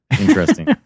Interesting